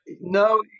No